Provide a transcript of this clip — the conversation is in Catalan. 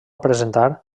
presentar